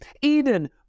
Eden